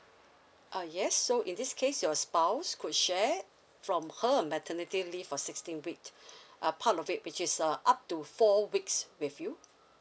ah yes so in this case your spouse could share from her maternity leave of sixteen week uh part of it which is uh up to four weeks with you